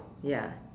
ya